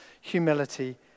humility